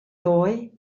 ddoe